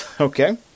Okay